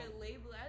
label